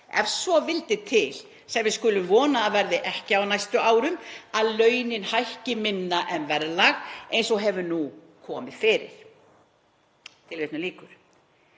ef svo vildi til, sem við skulum vona að verði ekki á næstu árum, að launin hækki minna en verðlag eins og hefur nú komið fyrir.“ Í áliti minni